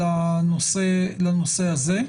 לנושא הזה.